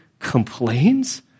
complains